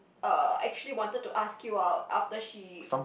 uh actually wanted to ask you out after she